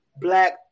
Black